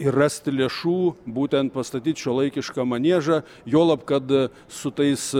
ir rasti lėšų būtent pastatyti šiuolaikišką maniežą juolab kad su tais